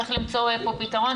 צריך למצוא פה פתרון,